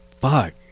fuck